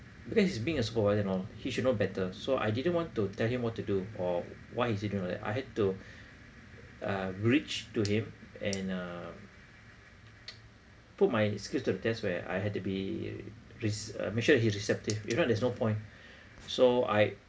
because being he's being a supervisor and all he should know better so I didn't want to tell him what to do or why is he doing like that I had to uh reach to him uh put my skills to the test where I had to be res~ uh make sure he's receptive you know there's no point so I